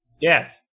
Yes